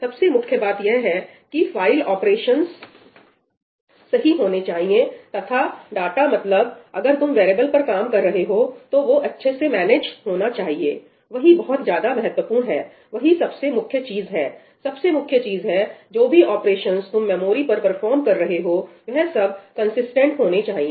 सबसे मुख्य बात यह है कि फाइल ऑपरेशंस सही होने चाहिए तथा डाटा मतलब अगर तुम वेरीएबल पर काम कर रहे हो तो वो अच्छे से मैनेज होने चाहिए वही बहुत ज्यादा महत्वपूर्ण है वही सबसे मुख्य चीज है सबसे मुख्य चीज है जो भी ऑपरेशंस तुम मेमोरी पर परफॉर्म कर रहे हो वह सब कंसिस्टेंट होने चाहिए